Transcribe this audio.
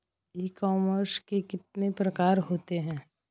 ई commerce के कितने प्रकार होते हैं?